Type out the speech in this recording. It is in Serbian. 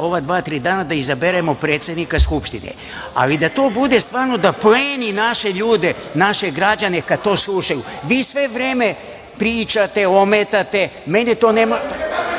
ova dva-tri dana da izaberemo predsednika Skupštine, ali da to bude stvarno da pleni naše ljude, naše građane kad to slušaju. Vi sve vreme pričate, ometate, mene